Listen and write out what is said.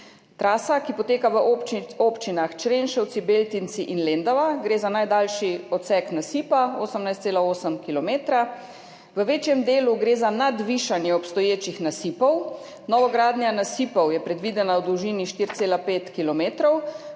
Trasa, ki poteka v občinah Črenšovci, Beltinci in Lendava, gre za najdaljši odsek nasipa, 18,8 km, v večjem delu gre za nadvišanje obstoječih nasipov. Novogradnja nasipov je predvidena v dolžini 4,5 km,